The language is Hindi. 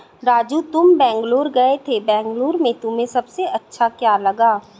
राजू तुम बेंगलुरु गए थे बेंगलुरु में तुम्हें सबसे अच्छा क्या लगा?